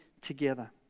together